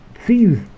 sees